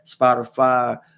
Spotify